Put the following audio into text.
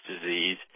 disease